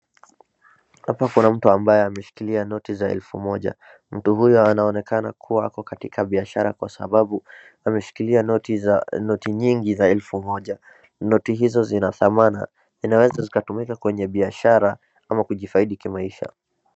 Hapa kuna mtu ambaye ameshikilia noti za elfu moja. Mtu huyo anaonekana kuwa ako katika biashara kwa sababu ameshikilia noti nyingi za elfu moja. Noti hizo zina dhamana, zinaweza zikatumika kwenye biashara ama kujifaida kwenye maisha.